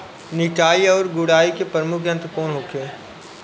निकाई और गुड़ाई के प्रमुख यंत्र कौन होखे?